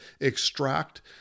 extract